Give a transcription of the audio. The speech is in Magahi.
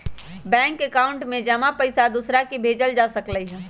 बैंक एकाउंट में जमा पईसा दूसरा के भेजल जा सकलई ह